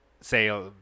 say